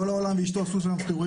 כל העולם ואשתו עשו שם סיורים,